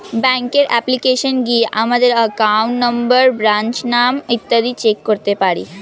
ব্যাঙ্কের অ্যাপ্লিকেশনে গিয়ে আমাদের অ্যাকাউন্ট নম্বর, ব্রাঞ্চের নাম ইত্যাদি চেক করতে পারি